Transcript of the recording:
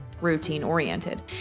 routine-oriented